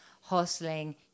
hustling